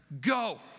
go